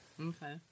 Okay